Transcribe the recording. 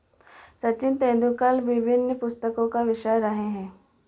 सचिन तेंदुलकर विभिन्न पुस्तकों का विषय रहे हैं